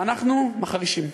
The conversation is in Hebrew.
ואנחנו מחרישים.